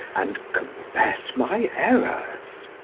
and confess my errors.